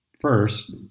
first